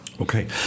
Okay